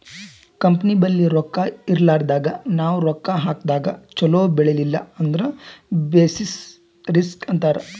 company ಬಲ್ಲಿ ರೊಕ್ಕಾ ಇರ್ಲಾರ್ದಾಗ್ ನಾವ್ ರೊಕ್ಕಾ ಹಾಕದಾಗ್ ಛಲೋ ಬೆಳಿಲಿಲ್ಲ ಅಂದುರ್ ಬೆಸಿಸ್ ರಿಸ್ಕ್ ಅಂತಾರ್